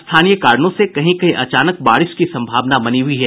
स्थानीय कारणों से कहीं कहीं अचानक बारिश की सम्भावना बनी हुई है